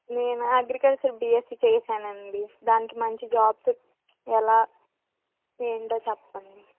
నేనా agriculture BSc చేసాను అండి దానికి మంచి జాబ్స్ ఎలా ఏంటో చెప్పండి